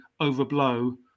overblow